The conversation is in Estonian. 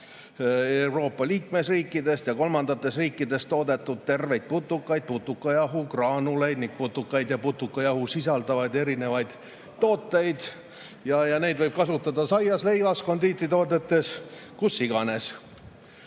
Euroopa liikmesriikides ja kolmandates riikides toodetud terveid putukaid, putukajahu, graanuleid ning putukaid ja putukajahu sisaldavad erinevaid tooteid ja neid võib kasutada saias, leivas, kondiitritoodetes, kus iganes.